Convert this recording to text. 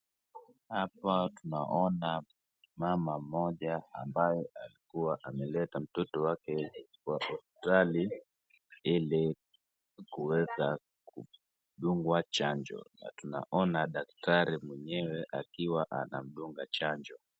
Hapa tunaona mama mmoja ambaye alikuwa ameleta mtoto wake kwa hospitali ili kuweza kudungwa chanjo, na tunaona daktari mwenyewe akiwa anamdunga chanjo.